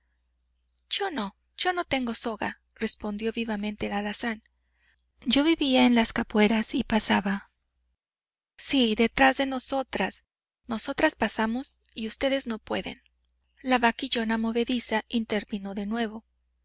yo no yo no tengo soga respondió vivamente el alazán yo vivía en las capueras y pasaba sí detrás de nosotras nosotras pasamos y ustedes no pueden la vaquillona movediza intervino de nuevo